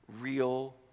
real